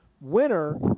winner